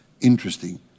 interesting